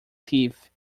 teeth